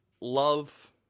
love